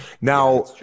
Now